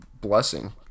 blessing